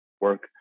work